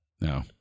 No